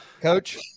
Coach